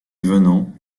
venant